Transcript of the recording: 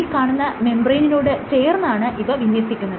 ഈ കാണുന്ന മെംബ്രേയ്നിനോട് ചേർന്നാണ് ഇവ വിന്യസിക്കുന്നത്